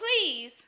please